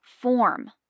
form